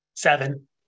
Seven